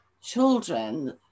children